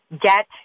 Get